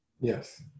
Yes